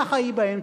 ככה היא באמצע".